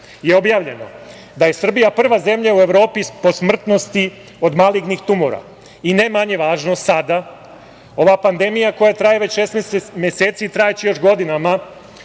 je objavljeno da je Srbija prava zemlja u Evropi po smrtnosti od malignih tumora. I ne manje važno sada, ova pandemija koja traje već 16 meseci i trajaće još godinama,